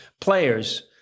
players